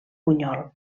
bunyol